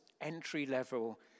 entry-level